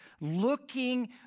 looking